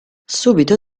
subito